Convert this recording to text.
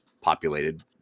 populated